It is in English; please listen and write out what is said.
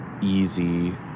easy